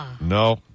No